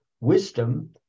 wisdom